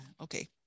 okay